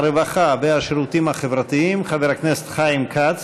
הרווחה והשירותים החברתיים חבר הכנסת חיים כץ,